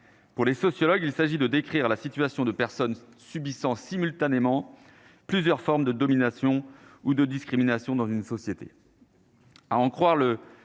pour les sociologues, il s'agit de décrire la situation de personnes subissant simultanément plusieurs formes de domination ou de discrimination dans une société.